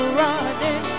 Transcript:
running